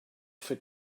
for